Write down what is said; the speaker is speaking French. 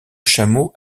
chameaux